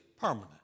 permanent